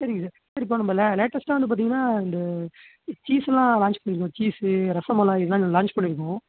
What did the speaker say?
சரிங்க sir sir இப்போ நம்ம லே லேட்டஸ்ட்டாக வந்து பார்த்தீங்கன்னா இந்த சீஸ்ஸுலாம் லான்ச் பண்ணியிருக்கோம் சீஸ்ஸு ரசமலாய் இதெல்லாம் லான்ச் பண்ணியிருக்கோம்